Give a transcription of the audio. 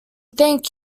thank